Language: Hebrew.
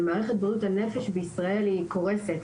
אבל מערכת בריאות הנפש בישראל קורסת.